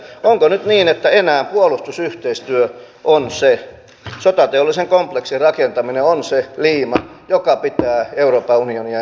onko nyt niin että puolustusyhteistyö sotateollisen kompleksin rakentaminen on se liima joka pitää euroopan unionia enää kasassa